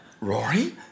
Rory